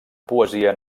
poesia